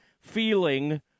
feeling